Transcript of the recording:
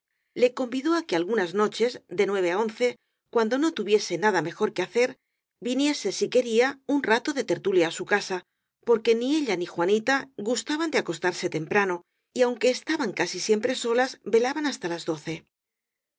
le convidó á que algunas noches de nueve á once cuando no tuviese nada mejor que hacer viniese si quería un rato de tertulia á su casa porque ni ella ni juanita gustaban de acostarse temprano y aunque estaban casi siempre solas velaban hasta las doce